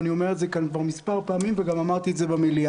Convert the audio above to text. אני אומר את זה כאן כבר מספר פעמים וגם אמרתי את זה במליאה.